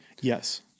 Yes